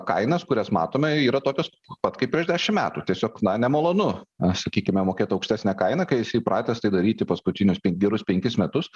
kainas kurias matome yra tokios pat kaip prieš dešim metų tiesiog na nemalonu sakykime mokėt aukštesnę kainą kai esi įpratęs tai daryti paskutinius penk gerus penkis metus